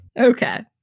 Okay